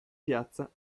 piazza